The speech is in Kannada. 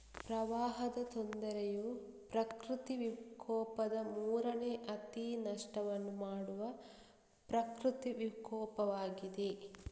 ಪ್ರವಾಹದ ತೊಂದರೆಯು ಪ್ರಕೃತಿ ವಿಕೋಪದ ಮೂರನೇ ಅತಿ ನಷ್ಟವನ್ನು ಮಾಡುವ ಪ್ರಕೃತಿ ವಿಕೋಪವಾಗಿದೆ